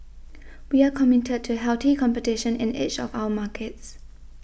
we are committed to healthy competition in each of our markets